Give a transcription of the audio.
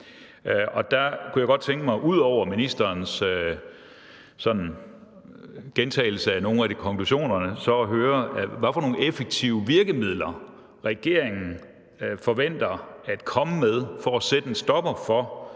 Og der kunne jeg godt tænke mig, ud over ministerens sådan gentagelse af nogle af de konklusionerne, at høre, hvad for nogle effektive virkemidler, regeringen forventer at komme med for at sætte en stopper for